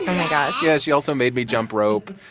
my gosh yeah. she also made me jump rope.